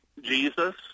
Jesus